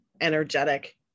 energetic